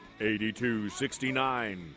8269